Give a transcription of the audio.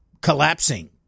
collapsing